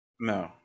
No